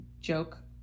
joke